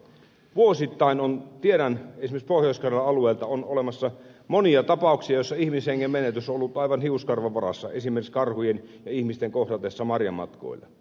tiedän esimerkiksi pohjois karjalan alueelta olevan olemassa vuosittain monia tapauksia joissa ihmishengen menetys on ollut aivan hiuskarvan varassa esimerkiksi karhujen ja ihmisten kohdatessa marjamatkoilla